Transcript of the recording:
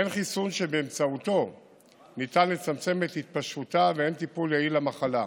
אין חיסון שבאמצעותו ניתן לצמצם את התפשטותה ואין טיפול יעיל במחלה.